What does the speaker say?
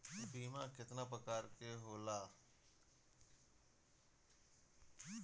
बीमा केतना प्रकार के होला?